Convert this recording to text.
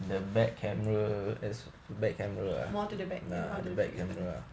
more to the back